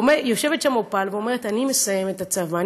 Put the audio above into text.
יושבת שם אופל ואומרת: אני מסיימת את הצבא,